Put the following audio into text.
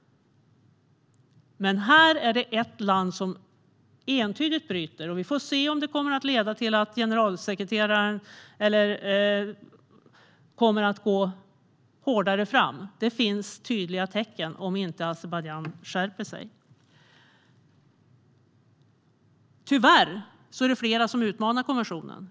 Det här är ett land som entydigt bryter mot konventionen, och vi får se om det kommer att leda till att generalsekreteraren kommer att gå hårdare fram. Det finns tydliga tecken om inte Azerbajdzjan skärper sig. Tyvärr är det fler som utmanar konventionen.